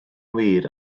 wir